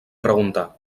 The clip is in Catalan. preguntar